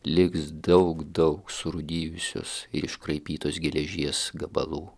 liks daug daug surūdijusios ir iškraipytos geležies gabalų